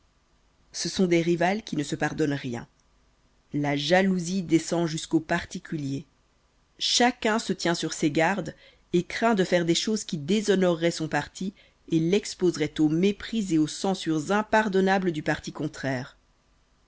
ce sont des rivales qui ne se pardonnent rien la jalousie descend jusqu'aux particuliers chacun se tient sur ses gardes et craint de faire des choses qui déshonoreroient son parti et l'exposeroient aux mépris et aux censures impardonnables du parti contraire